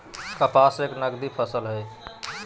कपास एक नगदी फसल हई